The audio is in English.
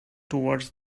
towards